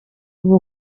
ubu